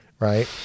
right